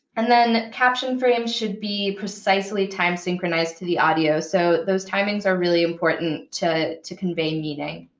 and then caption frames should be precisely time synchronized to the audio, so those timings are really important to to convey meaning.